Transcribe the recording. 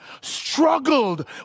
struggled